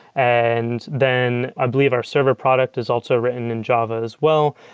and then i believe our server product is also written in java as well.